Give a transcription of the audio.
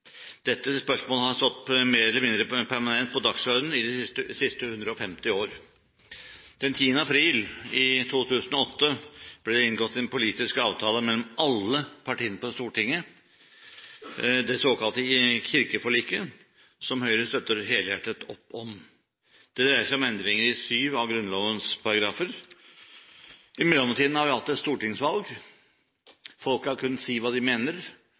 Dette spørsmålet har stått mer eller mindre permanent på dagsordenen i de siste 150 år. Den 10. april 2008 ble det inngått en politisk avtale mellom alle partiene på Stortinget, det såkalte kirkeforliket, som Høyre støtter helhjertet opp om. Det dreier seg om endringer i syv av Grunnlovens paragrafer. I mellomtiden har vi hatt et stortingsvalg. Folk har kunnet si hva de mener